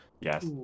Yes